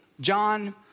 John